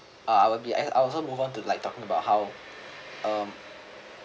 uh I will be I I'll also move on to like talking about how um